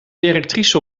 directrice